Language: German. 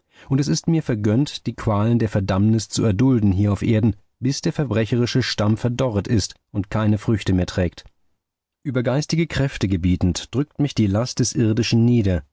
und es ist mir vergönnt die qualen der verdammnis zu erdulden hier auf erden bis der verbrecherische stamm verdorret ist und keine früchte mehr trägt ober geistige kräfte gebietend drückt mich die last des irdischen nieder